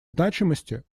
значимости